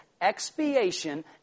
expiation